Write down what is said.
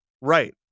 right